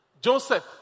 Joseph